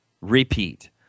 repeat